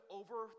over